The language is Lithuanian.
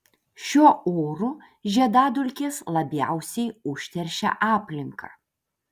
šiuo oru žiedadulkės labiausiai užteršia aplinką